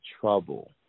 trouble